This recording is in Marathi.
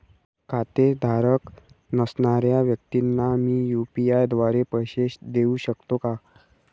खातेधारक नसणाऱ्या व्यक्तींना मी यू.पी.आय द्वारे पैसे देऊ शकतो का?